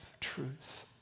truth